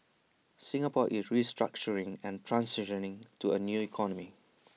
Singapore is restructuring and transitioning to A new economy